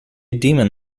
demon